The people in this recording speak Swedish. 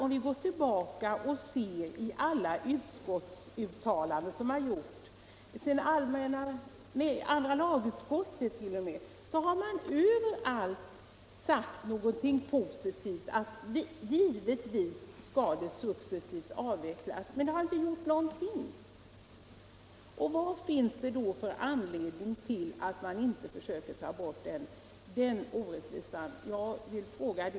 Om vi går tillbaka i tiden och studerar alla de uttalanden som Torsdagen den utskotten gjort — t.o.m. andra lagutskottet — skall vi finna att man över 20 mars 1975 allt har sagt något positivt och framhållit att denna orättvisa bör avvecklas successivt. Men det har inte gjorts någonting. Jag frågar därför ännu = Vissa änkepen en gång vad det kan vara som gör att man inte försöker ta bort denna = sionsoch barnpenorättvisa.